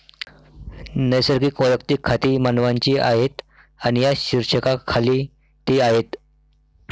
नैसर्गिक वैयक्तिक खाती मानवांची आहेत आणि या शीर्षकाखाली ती आहेत